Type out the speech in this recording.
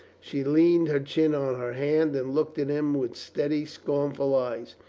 she leaned her chin on her hand and looked at him with steady, scornful eyes.